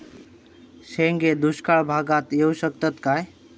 शेंगे दुष्काळ भागाक येऊ शकतत काय?